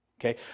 okay